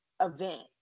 event